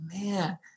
man